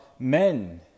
Men